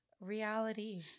Reality